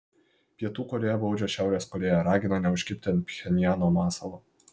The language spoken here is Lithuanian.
pietų korėja baudžia šiaurės korėją ragina neužkibti ant pchenjano masalo